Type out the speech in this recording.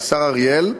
השר אריאל,